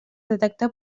detectar